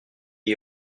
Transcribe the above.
qui